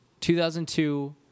2002